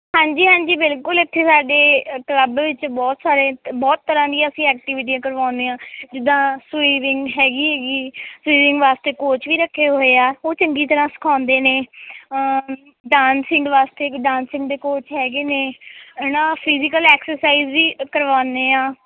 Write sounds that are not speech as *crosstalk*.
ਹਾਂਜੀ ਹਾਂਜੀ ਬਿਲਕੁਲ ਇੱਥੇ ਸਾਡੇ ਕਲੱਬ ਵਿੱਚ ਬਹੁਤ ਸਾਰੇ ਬਹੁਤ ਤਰ੍ਹਾਂ ਦੀਆਂ ਅਸੀਂ ਐਕਟੀਵੀਟੀਆਂ ਕਰਵਾਉਂਦੇ ਹਾਂ ਜਿੱਦਾਂ ਸਵੀਵਿੰਗ ਹੈਗੀ ਹੈਗੀ ਸਵੀਵਿੰਗ ਵਾਸਤੇ ਕੋਚ ਵੀ ਰੱਖੇ ਹੋਏ ਆ ਉਹ ਚੰਗੀ ਤਰ੍ਹਾਂ ਸਿਖਾਉਂਦੇ ਨੇ ਡਾਂਸਿੰਗ ਵਾਸਤੇ ਇੱਕ ਡਾਂਸਿੰਗ ਦੇ ਕੋਚ ਹੈਗੇ ਨੇ ਇਹ ਨਾ ਫਿਜੀਕਲ *unintelligible* ਐਕਸਰਸਾਈਜ਼ ਵੀ ਕਰਵਾਉਂਦੇ ਹਾਂ